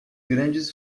grandes